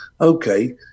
okay